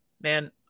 Man